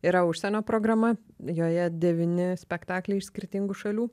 yra užsienio programa joje devyni spektakliai iš skirtingų šalių